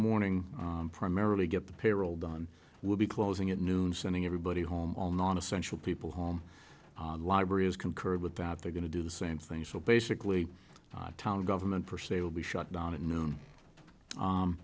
morning primarily get the payroll done will be closing at noon sending everybody home all non essential people home library is concurred with that they're going to do the same thing so basically the town government per se will be shut down at noon